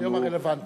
ביום הרלוונטי.